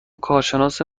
کارشناس